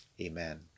Amen